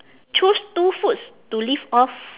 choose two foods to live off